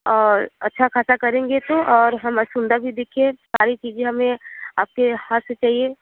और अच्छा खासा करेंगे तो और हमें सुंदर भी दिखिए सारी चीज़ें हमें आपके हाथ से चाहिए